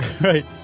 Right